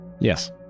Yes